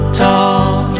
talk